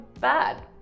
bad